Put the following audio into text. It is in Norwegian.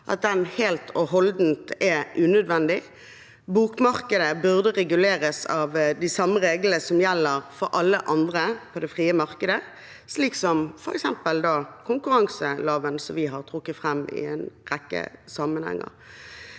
at den er helt og holdent unødvendig. Bokmarkedet burde reguleres av de samme reglene som gjelder for alle andre på det frie markedet, slik som f.eks. konkurranseloven, som vi har trukket fram i en rekke sammenhenger.